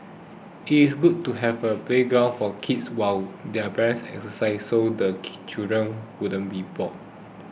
it is good to have a playground for kids while their parents exercise so the children won't be bored